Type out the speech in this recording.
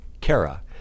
Kara